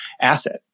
asset